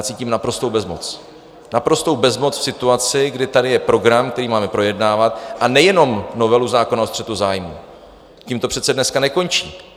Cítím naprostou bezmoc, naprostou bezmoc v situaci, kdy tady je program, který máme projednávat, a nejenom novelu zákona o střetu zájmů tím to přece dneska nekončí.